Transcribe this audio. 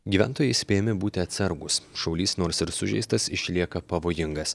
gyventojai įspėjami būti atsargūs šaulys nors ir sužeistas išlieka pavojingas